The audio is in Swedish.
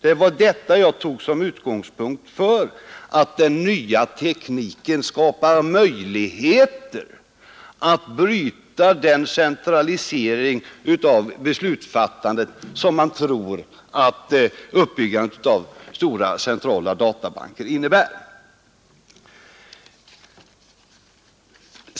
Det var detta jag tog som utgångspunkt när jag sade att den nya tekniken skapar möjligheter att bryta den centralisering av beslutsfattandet som man tror att uppbyggandet av stora centrala databanker innebär.